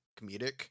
comedic